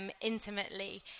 intimately